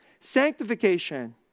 sanctification